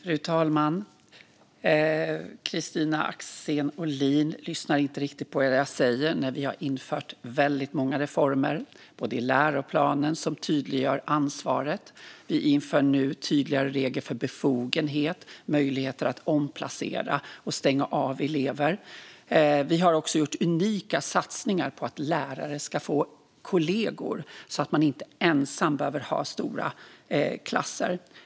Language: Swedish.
Fru talman! Kristina Axén Olin lyssnar inte riktigt på vad jag säger. Vi har infört väldigt många reformer, också när det gäller läroplanen, som tydliggör ansvaret. Vi inför nu tydligare regler när det gäller befogenhet och möjlighet att omplacera och stänga av elever. Vi har också gjort unika satsningar på att lärare ska få kollegor, så att en lärare inte ensam ska ha stora klasser.